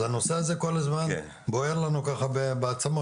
אז הנושא הזה כל הזמן בוער לנו ככה בעצמות.